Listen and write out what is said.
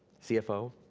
cfo,